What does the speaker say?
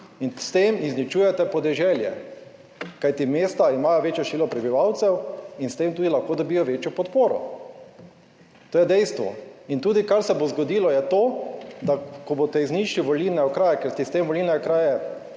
in s tem izničujete podeželje, kajti mesta imajo večje število prebivalcev in s tem tudi lahko dobijo večjo podporo. To je dejstvo. In tudi, kar se bo zgodilo, je to, da ko boste izničili volilne okraje, kajti te volilne okraje